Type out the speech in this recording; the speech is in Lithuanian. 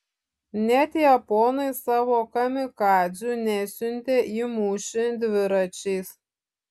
net japonai savo kamikadzių nesiuntė į mūšį dviračiais